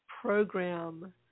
program